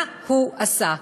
מה הוא עשה?